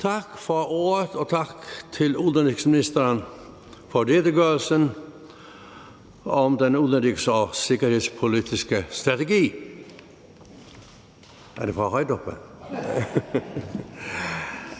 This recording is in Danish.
Tak for ordet, og tak til udenrigsministeren for redegørelsen om den udenrigs- og sikkerhedspolitiske strategi. Verden